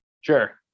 Sure